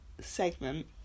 segment